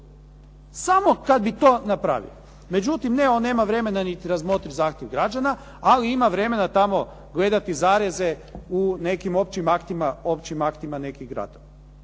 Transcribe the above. Samo kad bi to napravio. Međutim, on niti nema vremena razmotriti zahtjev građana ali ima vremena tamo gledati zareze u nekim općim aktima nekih gradova.